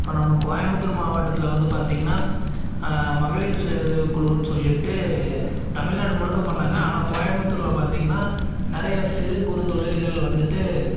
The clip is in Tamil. இப்போ நம்ம கோயம்முத்தூர் மாவட்டத்தில் வந்து பார்த்திங்கன்னா மகளிர் சுய உதவி குழுன்னு சொல்லிவிட்டு தமிழ்நாடு முழுக்க பண்ணாங்க ஆனால் கோயமுத்தூரில் பார்த்திங்கன்னா நிறைய சிறு குறு தொழில்கள் வந்துவிட்டு